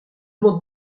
m’en